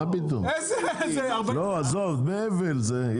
רשום פה דמי אבל?